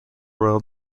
royal